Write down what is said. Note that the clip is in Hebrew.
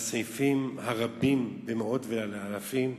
בסעיפים הרבים למאות ולאלפים.